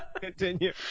Continue